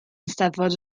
steddfod